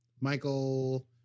Michael